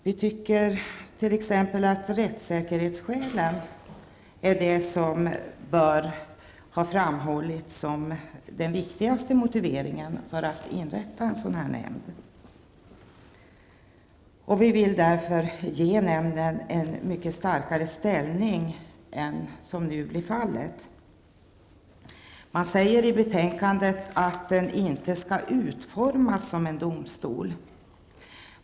Vi tycker t.ex. att rättssäkerhetsskälen bör framhållas som det viktigaste när det gäller inrättandet av en sådan här nämnd. Därför vill vi ge nämnden en mycket starkare ställning än vad som nu tycks bli fallet. Det står i betänkandet att nämnden inte skall utformas som en domstol.